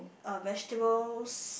uh vegetables